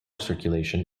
circulation